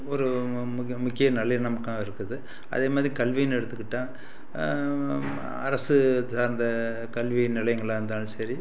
ஒரு மு முக்கிய முக்கிய நல்லிணம்க்காக இருக்குது இருக்குது அதே மாதிரி கல்வின்னு எடுத்துக்கிட்டால் அரசு சார்ந்த கல்வி நிலையங்களாக இருந்தாலும் சரி